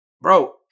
bro